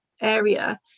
area